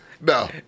No